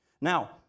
Now